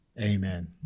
Amen